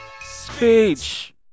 Speech